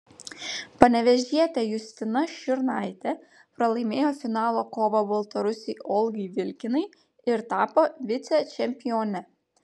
panevėžietė justina šiurnaitė pralaimėjo finalo kovą baltarusei olgai vilkinai ir tapo vicečempione